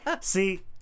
See